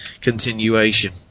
continuation